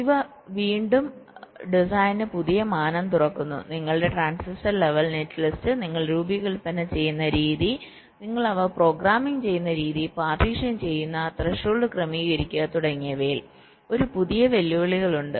അതിനാൽ ഇത് വീണ്ടും ഡിസൈനിന് പുതിയ മാനം തുറക്കുന്നു നിങ്ങളുടെ ട്രാൻസിസ്റ്റർ ലെവൽ നെറ്റ്ലിസ്റ്റ് നിങ്ങൾ രൂപകൽപ്പന ചെയ്യുന്ന രീതി നിങ്ങൾ അവ പ്രോഗ്രാമിംഗ് ചെയ്യുന്ന രീതിപാർട്ടീഷൻ ചെയ്യുന്നത്രെഷോൾഡ് ക്രമീകരിക്കുക തുടങ്ങിയവയിൽ ഒരു പുതിയ വെല്ലുവിളികൾ ഉണ്ട്